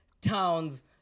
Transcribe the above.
towns